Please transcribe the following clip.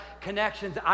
connections